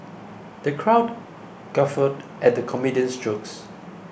the crowd guffawed at the comedian's jokes